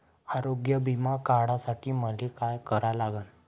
आरोग्य बिमा काढासाठी मले काय करा लागन?